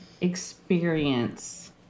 experience